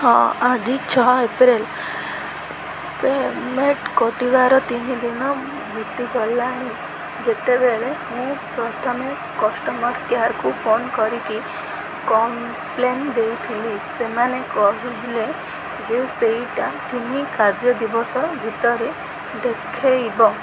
ହଁ ଆଜି ଛଅ ଏପ୍ରିଲ ପେମେଣ୍ଟ କଟିବାର ତିନି ଦିନ ବିତିଗଲାଣି ଯେତେବେଳେ ମୁଁ ପ୍ରଥମେ କଷ୍ଟମର୍ କେୟାର୍କୁ ଫୋନ କରିକି କମ୍ପ୍ଲେନ୍ ଦେଇଥିଲି ସେମାନେ କହିଥିଲେ ଯେ ସେଇଟା ତିନି କାର୍ଯ୍ୟ ଦିବସ ଭିତରେ ଦେଖାଇବ